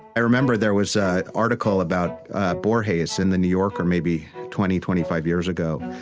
i remember there was ah an article about borges in the new yorkermaybe twenty, twenty five years ago.